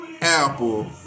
apple